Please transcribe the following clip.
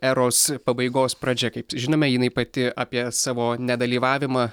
eros pabaigos pradžia kaip žinome jinai pati apie savo nedalyvavimą